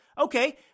okay